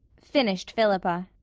finished philippa.